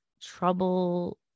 trouble